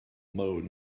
mode